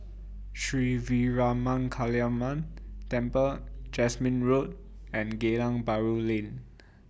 Sri Veeramakaliamman Temple Jasmine Road and Geylang Bahru Lane